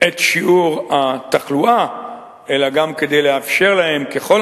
את שיעור התחלואה אלא גם כדי לאפשר להם ככל